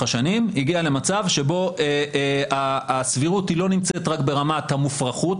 השנים הגיע למצב שבו הסבירות לא נמצאת רק ברמת המופרכות,